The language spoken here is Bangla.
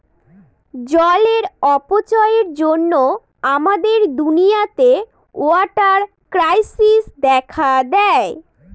জলের অপচয়ের জন্য আমাদের দুনিয়াতে ওয়াটার ক্রাইসিস দেখা দেয়